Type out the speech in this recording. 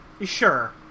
Sure